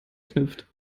knüpft